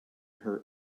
her